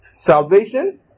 salvation